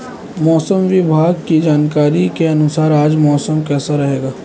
मौसम विभाग की जानकारी के अनुसार आज मौसम कैसा रहेगा?